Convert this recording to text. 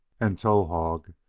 and towahg,